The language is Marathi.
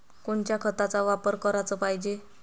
कोनच्या खताचा वापर कराच पायजे?